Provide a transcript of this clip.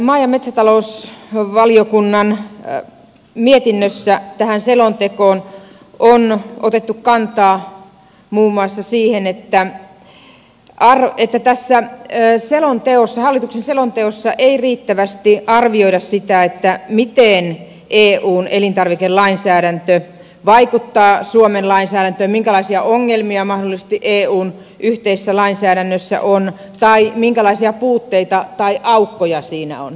maa ja metsätalousvaliokunnan mietinnössä tähän hallituksen selontekoon on otettu kantaa muun muassa siihen että tässä ei riittävästi arvioida sitä miten eun elintarvikelainsäädäntö vaikuttaa suomen lainsäädäntöön minkälaisia ongelmia mahdollisesti eun yhteisessä lainsäädännössä on tai minkälaisia puutteita tai aukkoja siinä on